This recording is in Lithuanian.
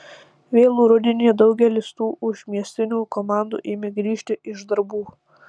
vėlų rudenį daugelis tų užmiestinių komandų ėmė grįžti iš darbų